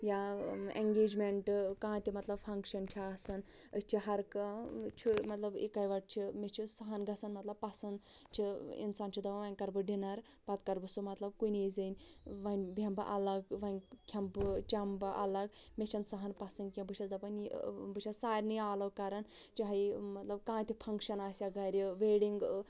یا ایٚنگیجمٮ۪نٹہٕ کانٛہہ تہِ مَطلَب فَنٛگشَن چھَ آسان أسۍ چھِ ہر کانٛہہ چھُ مَطلَب اِکے وٹہٕ چھِ مےٚ چھِ سۄ ہن مَطلَب گَژھان پَسَنٛد چھِ انسان چھِ دپان وۅنۍ کَرٕ بہٕ ڈِنَر پَتہٕ کَرٕ بہٕ سُہ مَطلَب کُنے زٔنۍ وۅنۍ بیٚہمہٕ بہٕ الگ وۅنۍ کھیٚمہٕ بہٕ چٮ۪مہٕ بہٕ الگ مےٚ چھَ نہٕ سۄ ہن پَسَنٛد کیٚنٛہہ بہٕ چھَس دپان یہِ بہٕ چھَس سارِنٕے آلَو کَران چاہے کانٛہہ تہِ فَنٛگشَن آسیہ گَرِ ویٚڈِنٛگ